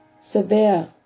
severe